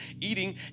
eating